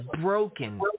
broken